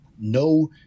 no